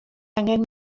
angen